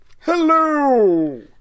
Hello